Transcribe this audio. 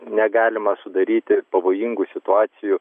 negalima sudaryti pavojingų situacijų